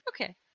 Okay